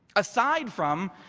aside from